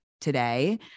today